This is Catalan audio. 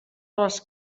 les